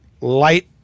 light